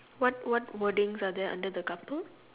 what what wordings are there under the couple